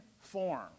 form